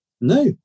No